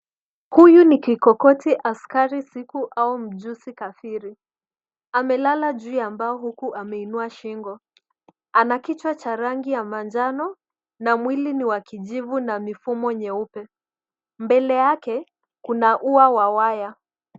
Huyu ni kikokote askari siku au mjusi kafiri. Amelala juu ya mbao huku ameinua shingo. Ana kichwa cha rangi ya manjano na mwili ni wa kijivu na mifumo nyeupe. Mbele yake kuna ua wa waya.